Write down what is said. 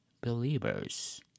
Believers